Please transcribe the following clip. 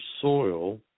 soil